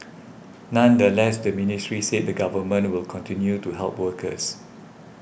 nonetheless the ministry said the Government will continue to help workers